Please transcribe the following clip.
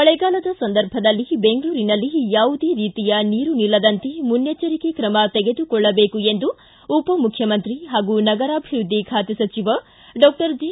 ಮಳೆಗಾಲದ ಸಂದರ್ಭದಲ್ಲಿ ಬೆಂಗಳೂರಿನಲ್ಲಿ ಯಾವುದೇ ರೀತಿಯ ನೀರು ನಿಲ್ಲದಂತೆ ಮುನ್ನೆಚ್ಚರಿಕೆ ಕ್ರಮ ತೆಗೆದುಕೊಳ್ಳಬೇಕು ಎಂದು ಉಪಮುಖ್ಯಮಂತ್ರಿ ಪಾಗೂ ನಗರಾಭಿವೃದ್ಧಿ ಖಾತೆ ಸಚಿವ ಡಾಕ್ಷರ್ ಜಿ